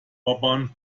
urban